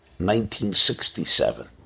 1967